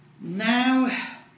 Now